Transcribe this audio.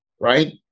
right